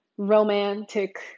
Romantic